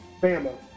Bama